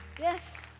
Yes